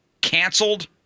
canceled